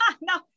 No